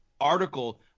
article